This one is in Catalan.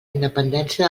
independència